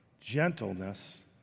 gentleness